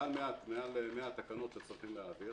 מעל 100 תקנות שצריך להעביר.